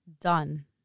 done